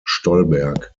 stolberg